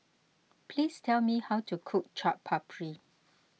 please tell me how to cook Chaat Papri